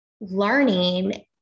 learning